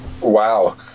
Wow